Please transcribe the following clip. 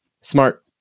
Smart